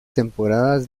temporadas